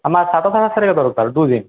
আমার সাতাশ আঠাশ তারিখে দরকার দুদিন